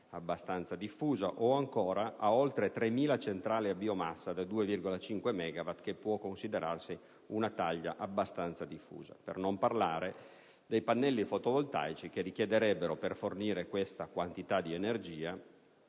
abbastanza diffusa. o ancora ad oltre 3000 centrali a biomassa da 2,5 MW, anch'essa una taglia che può considerarsi abbastanza diffusa. Per non parlare poi dei pannelli fotovoltaici, che richiederebbero per fornire questa quantità di energia